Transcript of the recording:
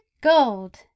gold